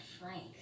Frank